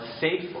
safe